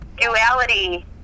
duality